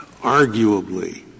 arguably